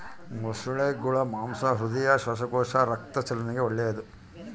ಮೊಸಳೆಗುಳ ಮಾಂಸ ಹೃದಯ, ಶ್ವಾಸಕೋಶ, ರಕ್ತ ಚಲನೆಗೆ ಒಳ್ಳೆದು